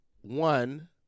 one